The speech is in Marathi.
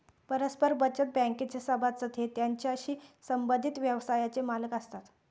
परस्पर बचत बँकेचे सभासद हे त्याच्याशी संबंधित व्यवसायाचे मालक असतात